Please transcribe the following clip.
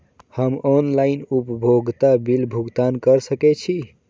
हम ऑनलाइन उपभोगता बिल भुगतान कर सकैछी?